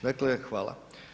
Dakle, hvala.